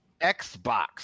Xbox